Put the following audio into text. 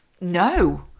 no